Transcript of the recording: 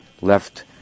left